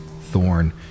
thorn